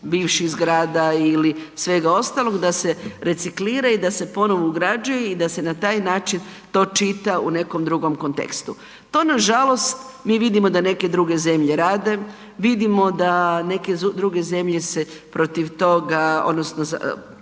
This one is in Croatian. bivših zgrada ili svega ostalog da se reciklira i da se ponovo ugrađuje i da se na taj način to čita u nekom drugom kontekstu. To nažalost mi vidimo da neke druge zemlje rade, vidimo da neke druge zemlje se protiv toga odnosno vode